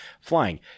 Flying